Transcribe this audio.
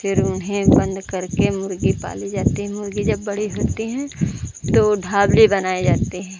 फिर उन्हें बंद करके मुर्गी पाली जाती है मुर्गी जब बड़ी होती है तो ढाबली बनाई जाती है